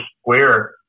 square